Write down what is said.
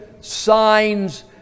signs